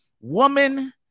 woman